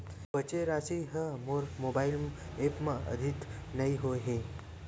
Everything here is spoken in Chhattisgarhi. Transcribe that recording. बचे राशि हा मोर मोबाइल ऐप मा आद्यतित नै होए हे